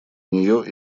нее